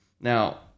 Now